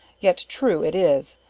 yet true it is,